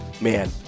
man